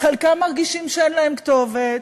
חלקם מרגישים שאין להם כתובת,